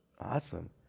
Awesome